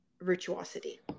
virtuosity